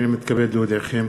הנני מתכבד להודיעכם,